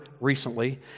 recently